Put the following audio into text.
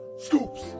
scoops